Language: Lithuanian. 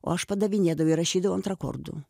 o aš padavinėdavau ir rašydavau ant rakordų